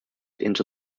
into